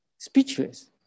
Speechless